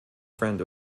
friend